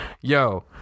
Yo